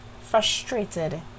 frustrated